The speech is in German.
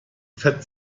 fett